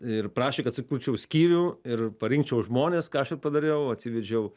ir prašė kad sukurčiau skyrių ir parinkčiau žmones ką aš ir padariau atsivedžiau